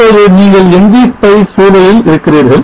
இப்போது நீங்கள் ng spice சூழலில் இருக்கிறீர்கள்